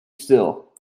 still